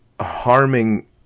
harming